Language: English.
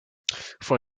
for